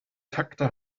takte